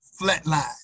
flatline